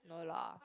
no lah